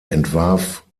entwarf